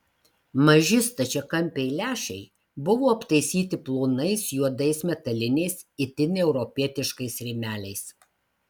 maži stačiakampiai lęšiai buvo aptaisyti plonais juodais metaliniais itin europietiškais rėmeliais